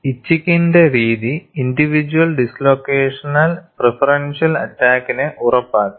ഇച്ചിങ്ങിന്റെ രീതി individual dislocational preferential അറ്റാക്കിനെ ഉറപ്പാക്കി